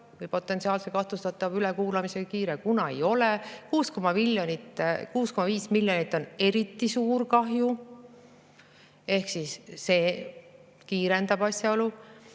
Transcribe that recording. või potentsiaalse kahtlustatava ülekuulamisega kiire, kunas ei ole. 6,5 miljonit eurot on eriti suur kahju, see kiirendab asjaolusid.